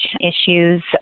issues